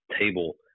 table